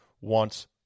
wants